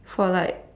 for like